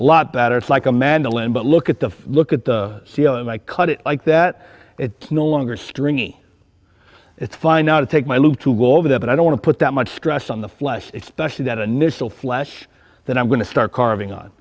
a lot better it's like a mandolin but look at the look at the seal and i cut it like that it's no longer stringy it's fine now to take my leave to go over there but i don't want to put that much stress on the flesh especially that initial flash that i'm going to start carving on